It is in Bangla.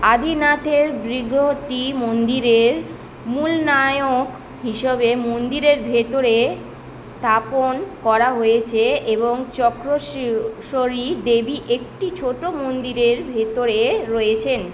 আদিনাথের ব্রিগ্রহটি মন্দিরের মূলনায়ক হিসাবে মন্দিরের ভিতরে স্থাপন করা হয়েছে এবং চক্রেশ্বরী দেবী একটি ছোট মন্দিরের ভিতরে রয়েছেন